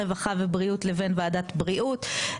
הרווחה והבריאות לבין ועדת הבריאות,